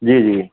जी जी